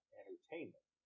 entertainment